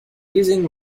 using